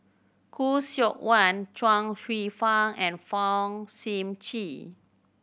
Khoo Seok Wan Chuang Hsueh Fang and Fong Sip Chee